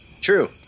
true